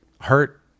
hurt